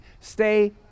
Stay